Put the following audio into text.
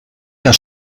der